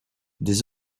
des